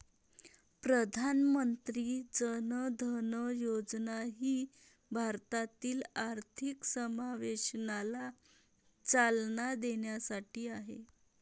प्रधानमंत्री जन धन योजना ही भारतातील आर्थिक समावेशनाला चालना देण्यासाठी आहे